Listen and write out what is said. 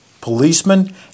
policemen